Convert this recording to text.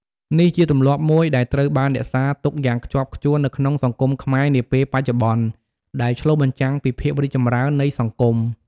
នេះជាទម្លាប់មួយដែលត្រូវបានរក្សាទុកយ៉ាងខ្ជាប់ខ្ជួននៅក្នុងសង្គមខ្មែរនាពេលបច្ចុប្បន្ន ដែលឆ្លុះបញ្ចាំងពីភាពរីកចម្រើននៃសង្គម។